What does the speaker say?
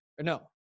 no